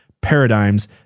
paradigms